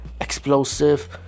explosive